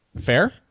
Fair